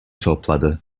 topladı